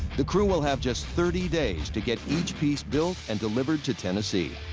the crew will have just thirty days to get each piece built and delivered to tennessee.